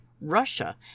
Russia